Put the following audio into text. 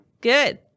Good